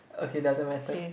okay doesn't matter